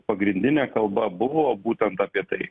pagrindinė kalba buvo būtent apie tai